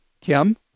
Kim